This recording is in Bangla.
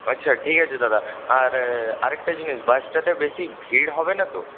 আচ্ছা ঠিক আছে দাদা আর আর একটা জিনিস বাসটাতে বেশি ভিড় হবে না তো